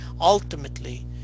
ultimately